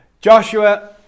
Joshua